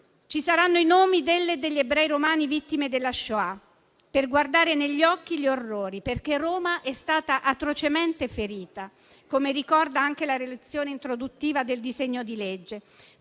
ci saranno i nomi delle e degli ebrei romani vittime della Shoah, per guardare negli occhi gli orrori, perché Roma è stata atrocemente ferita, come ricorda anche la relazione introduttiva al disegno di legge.